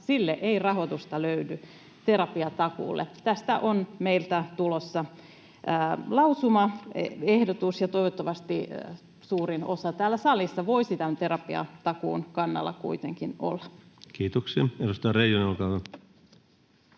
ei rahoitusta löydy. Tästä on meiltä tulossa lausumaehdotus, ja toivottavasti suurin osa täällä salissa voisi terapiatakuun kannalla kuitenkin olla. Kiitoksia. — Edustaja Reijonen, olkaa hyvä.